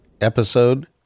episode